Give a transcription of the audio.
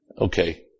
Okay